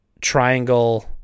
triangle